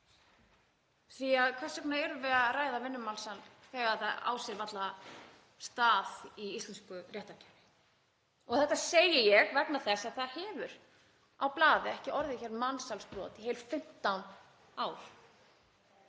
því að hvers vegna erum við að ræða vinnumansal þegar það á sér varla stað í íslensku réttarkerfi? Þetta segi ég vegna þess að það hefur á blaði ekki orðið mansalsbrot í heil 15 ár.